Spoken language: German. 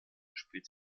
spielt